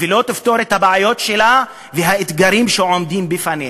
ולא תפתור את הבעיות שלה ואת האתגרים שעומדים בפניה.